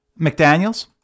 McDaniels